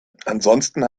ansonsten